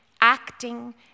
acting